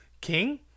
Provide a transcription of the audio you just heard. king